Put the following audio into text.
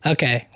Okay